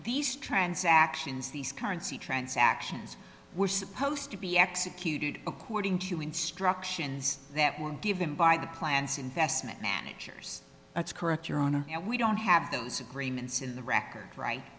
these transactions these currency transactions were supposed to be executed according to instructions that were given by the plant's investment managers that's correct your honor we don't have those agreements in the record right